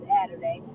Saturday